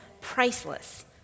priceless